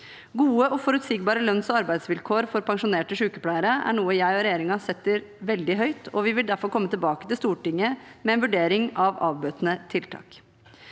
Gode og forutsigbare lønns- og arbeidsvilkår for pensjonerte sykepleiere er noe jeg og regjeringen setter veldig høyt, og vi vil derfor komme tilbake til Stortinget med en vurdering av avbøtende tiltak.